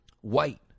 white